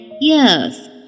Yes